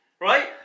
right